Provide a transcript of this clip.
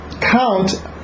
count